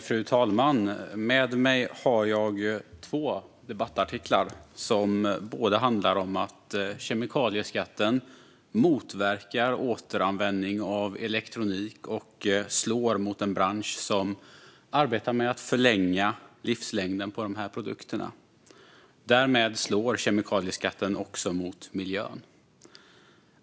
Fru talman! Med mig har jag två debattartiklar som båda handlar om att kemikalieskatten motverkar återanvändning av elektronik och slår mot en bransch som arbetar med att förlänga livslängden på de här produkterna. Därmed slår kemikalieskatten också mot miljön.